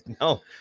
No